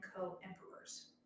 co-emperors